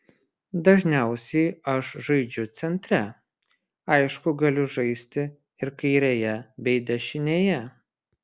dažniausiai aš žaidžiu centre aišku galiu žaisti ir kairėje bei dešinėje